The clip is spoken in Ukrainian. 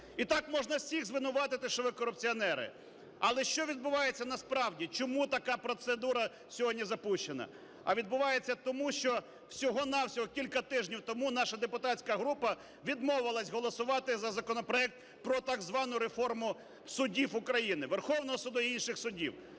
І так можна всіх звинуватити, що ви корупціонери. Але що відбувається насправді? Чому така процедура сьогодні запущена? А відбувається тому, що, всього-на-всього, кілька тижнів тому наша депутатська група відмовилась голосувати за законопроект про так звану реформу судів України – Верховного Суду і інших судів.